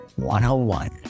101